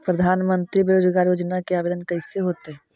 प्रधानमंत्री बेरोजगार योजना के आवेदन कैसे होतै?